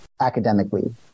academically